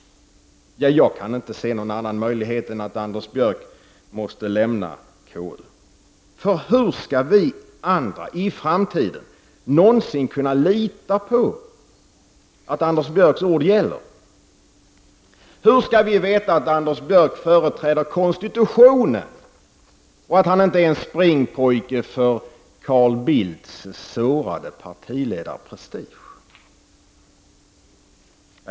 Jag kan inte se någon annan möjlighet än att Anders Björck måste lämna KU. Hur skall vi andra i framtiden någonsin kunna lita på att Anders Björcks ord gäller? Hur skall vi veta att Anders Björck företräder konstitutionen och inte bara är springpojke för Carl Bildts sårade partiledarprestige?